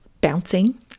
bouncing